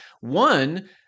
one